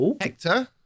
Hector